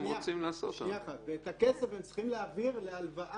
שנותן את הכסף בתמורה להמחאה הוא המלווה